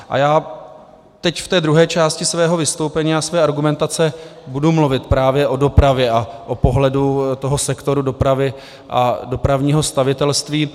A já teď v té druhé části svého vystoupení, své argumentace, budu mluvit právě o dopravě a o pohledu toho sektoru dopravy a dopravního stavitelství.